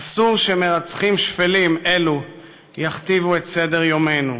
אסור שמרצחים שפלים אלו יכתיבו את סדר-יומנו.